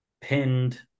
pinned